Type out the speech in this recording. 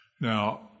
Now